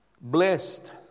Blessed